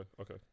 okay